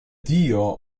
dio